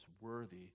worthy